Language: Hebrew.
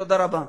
תודה רבה.